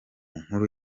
nkuru